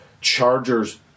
Chargers